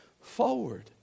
forward